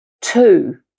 Two